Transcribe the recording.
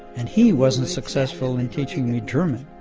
and he wasn't successful in teaching me german,